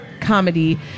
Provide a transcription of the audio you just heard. comedy